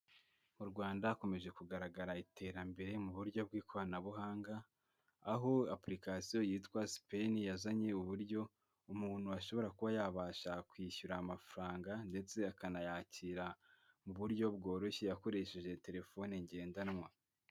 Mu Rwanda hakomeje kugaragara iterambere mu buryo bw'ikoranabuhanga aho apurikasiyo yitwa sipeyini yazanye uburyo umuntu ashobora kuba yabasha kwishyura amafaranga ndetse akanayakira mu buryo bworoshye akoresheje terefone ngendanwa.